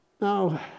Now